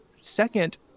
second